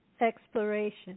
exploration